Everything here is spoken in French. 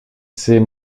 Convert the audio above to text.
c’est